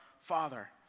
Father